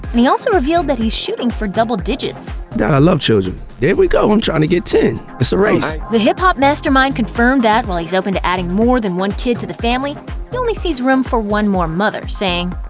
and he also revealed that he's shooting for double digits. i love children. there we go. i'm trying to get to the hip-hop mastermind confirmed that, while he's open to adding more than one kid to the family, he only sees room for one more mother, saying,